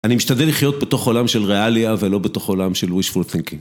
אני משתדל לחיות בתוך עולם של ריאליה ולא בתוך עולם של ‏wishful thinking.